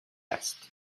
است